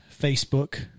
Facebook